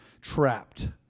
trapped